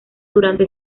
durante